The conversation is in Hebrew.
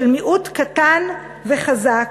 של מיעוט קטן וחזק,